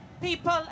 people